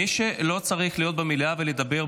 מי שלא צריך להיות במליאה ולדבר,